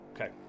okay